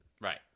Right